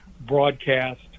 broadcast